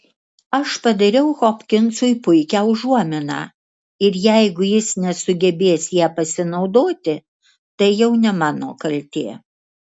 aš padariau hopkinsui puikią užuominą ir jeigu jis nesugebės ja pasinaudoti tai jau ne mano kaltė